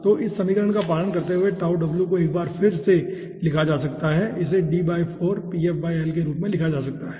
तो इस समीकरण का पालन करते हुए को एक बार फिर से लिखा जा सकता है इसे के रूप में लिखा जा सकता है